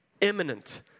imminent